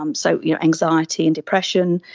um so you know anxiety and depression,